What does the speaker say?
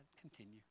continue